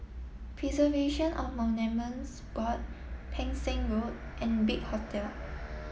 Preservation of Monuments Board Pang Seng Road and Big Hotel